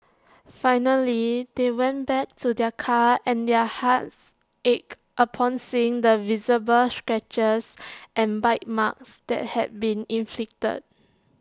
finally they went back to their car and their hearts ached upon seeing the visible scratches and bite marks that had been inflicted